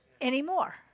anymore